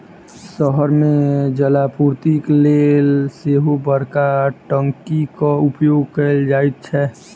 शहर मे जलापूर्तिक लेल सेहो बड़का टंकीक उपयोग कयल जाइत छै